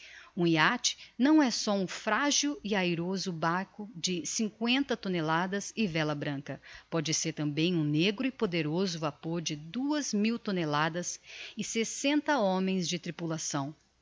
um yacht não é só um frágil e airoso barco de cincoenta toneladas e vela branca póde ser tambem um negro e poderoso vapor de duas mil toneladas e sessenta homens de tripulação